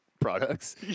products